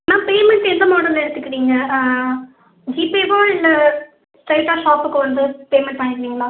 ma'am payment எந்த மாடலில் எடுத்துக்குறீங்க ஜிபேவா இல்லை ஸ்ட்ரைட்டாக ஷாப்புக்கு வந்து பேமெண்ட் பண்ணிடுறீங்களா